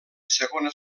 segona